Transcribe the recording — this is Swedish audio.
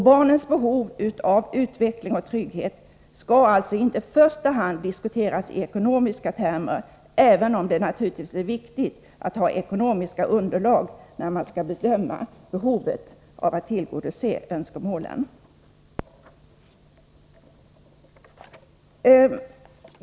Barnens behov av utveckling och trygghet skall alltså inte i första hand diskuteras i ekonomiska termer, även om det naturligtvis är viktigt att ha ekonomiskt underlag när man skall bedöma behovet av att tillgodose önskemålen.